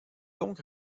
donc